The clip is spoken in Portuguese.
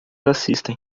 assistem